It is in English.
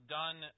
done